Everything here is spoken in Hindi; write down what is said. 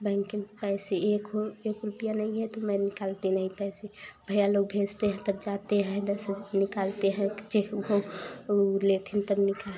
बैंक में पैसे एक हो एक रुपया नहीं है तो मैं निकालती नहीं पैसे भइया लोग भेजते हैं तब जाते हैं दस हज़ार निकालते हैं चेक बुक वो लेती हूँ तब निकाल